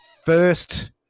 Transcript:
first